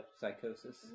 psychosis